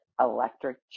electric